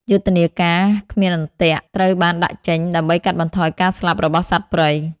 យុទ្ធនាការ "គ្មានអន្ទាក់" ត្រូវបានដាក់ចេញដើម្បីកាត់បន្ថយការស្លាប់របស់សត្វព្រៃ។